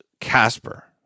Casper